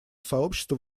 сообществу